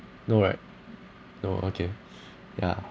no right no okay yeah